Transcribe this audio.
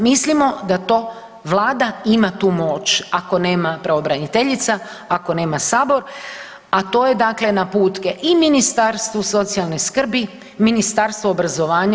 Mislimo da to Vlada ima tu moć ako nema pravobraniteljica, ako nema Sabor a to je dakle naputke i Ministarstvu socijalne skrbi, Ministarstvu obrazovanja.